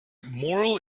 moral